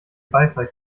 beifall